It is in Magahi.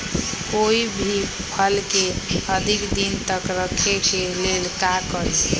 कोई भी फल के अधिक दिन तक रखे के लेल का करी?